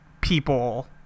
people